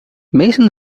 mason